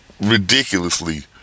ridiculously